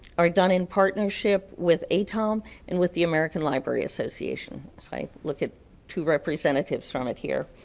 are done in partnership with atalm and with the american library association, as i look at two representatives from it here.